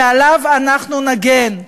ועליו אנחנו נגן.